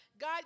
God